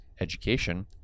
education